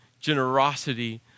generosity